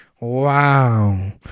Wow